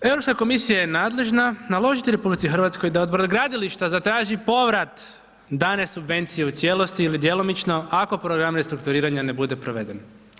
EU komisija je nadležna naložiti RH da od brodogradilišta zatraži povrat dane subvencije u cijelosti ili djelomično ako program restrukturiranja ne bude proveden.